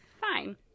fine